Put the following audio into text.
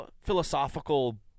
philosophical